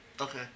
Okay